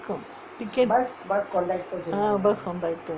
இருக்கும்:irukkum ah bus conductor